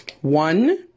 One